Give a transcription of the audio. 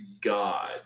god